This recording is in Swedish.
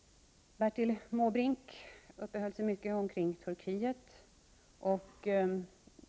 Bertil Måbrink talade mycket om Turkiet.